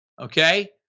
okay